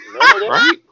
Right